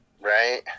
Right